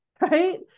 Right